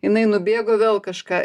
jinai nubėgo vėl kažką